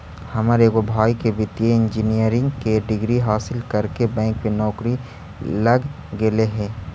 हमर एगो भाई के वित्तीय इंजीनियरिंग के डिग्री हासिल करके बैंक में नौकरी लग गेले हइ